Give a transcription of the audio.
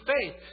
faith